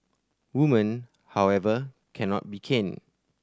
women however cannot be caned